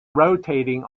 rotating